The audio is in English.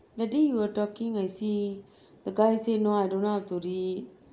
that day you were talking I see the guy say no I don't know how to read